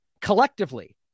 collectively